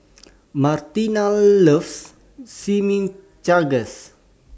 Martine loves Chimichangas